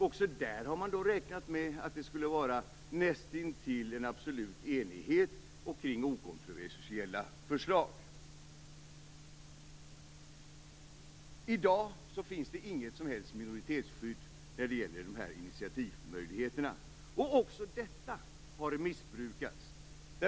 Också där har man räknat med att det skulle vara näst intill en absolut enighet, och gälla okontroversiella förslag. I dag finns det inget som helst minoritetsskydd när det gäller initiativmöjligheterna. Också detta har missbrukats.